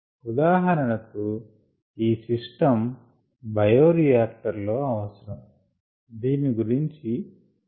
ఈ ఉదాహరణ ఈ సిస్టం బయోరియాక్టర్ లో అవసరం దీని గురించి విపులంగా తెలుసుకొందాం